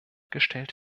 gestellt